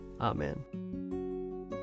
Amen